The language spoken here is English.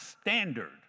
standard